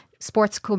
Sports